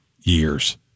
years